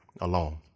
alone